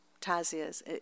Tazia's